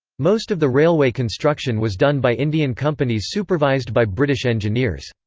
most of the railway construction was done by indian companies supervised by british engineers.